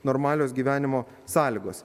normalios gyvenimo sąlygos